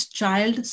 child